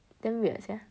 damn weird yeah